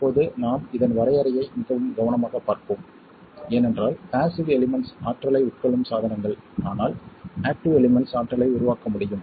இப்போது நாம் இதன் வரையறையை மிகவும் கவனமாகப் பார்ப்போம் ஏனென்றால் பாஸிவ் எலிமெண்ட்ஸ் ஆற்றலை உட்கொள்ளும் சாதனங்கள் ஆனால் ஆக்ட்டிவ் எலிமெண்ட்ஸ் ஆற்றலை உருவாக்க முடியும்